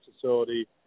facility